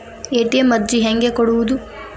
ATM ಅರ್ಜಿ ಹೆಂಗೆ ಕೊಡುವುದು?